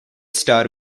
star